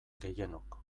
gehienok